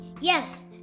Yes